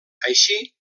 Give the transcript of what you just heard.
així